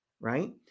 right